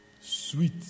Sweet